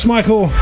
Michael